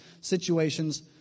situations